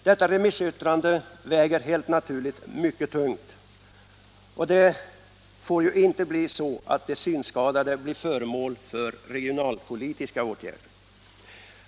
Detta remissyttrande väger helt naturligt mycket tungt, och det får ju inte bli så att de synskadade blir föremål för regionalpolitiska åtgärder.